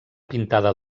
pintada